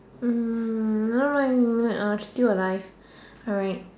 hmm not right hmm I can still alive alright